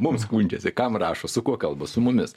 mums skundžiasi kam rašo su kuo kalba su mumis